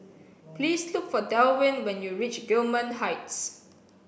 please look for Delwin when you reach Gillman Heights